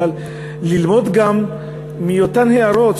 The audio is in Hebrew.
אבל גם ללמוד מאותן הערות,